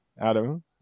Adam